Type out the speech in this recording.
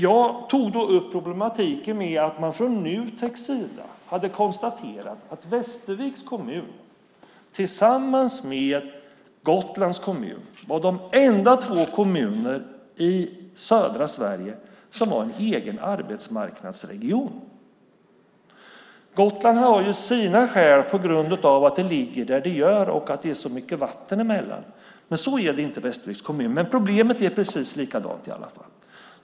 Jag tog då upp problematiken med att Nutek hade konstaterat att Västerviks kommun och Gotlands kommun var de enda två kommuner i södra Sverige som var egna arbetsmarknadsregioner. Gotland har särskilda problem på grund av att det ligger där det ligger och att det är så mycket vatten mellan ön och fastlandet. Så är det inte med Västerviks kommun, men problemet är precis likadant i alla fall.